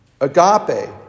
Agape